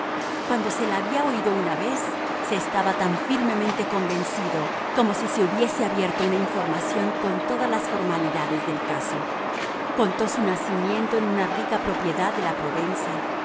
cuando se la había oído una vez se estaba tan firmemente convencido como si se hubiese abierto una información con todas las formalidades del caso contó su nacimiento en una rica propiedad de la provenza